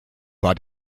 war